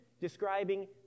describing